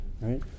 right